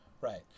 right